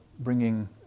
bringing